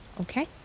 Okay